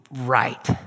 right